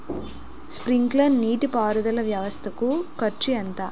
Sprinkler నీటిపారుదల వ్వవస్థ కు ఖర్చు ఎంత?